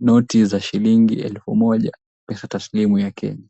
noti za shilingi elfu moja, pesa taslimu ya Kenya.